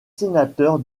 sénateur